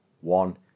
One